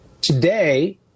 Today